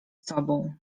sobą